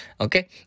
Okay